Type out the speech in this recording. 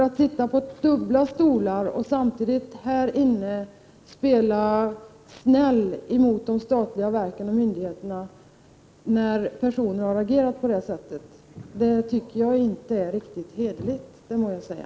Att sitta på dubbla stolar och samtidigt här inne spela snäll mot de statliga verken och myndigheterna, när personer har reagerat på det sättet, tycker jag inte är riktigt hederligt, det må jag säga.